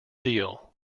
deal